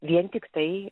vien tik tai